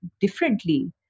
differently